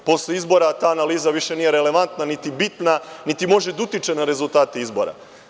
Posle izbora ta analiza više nije relevantna niti bitna niti može da utiče na rezultate izbora.